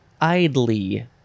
idly